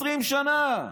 20 שנה.